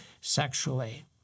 sexually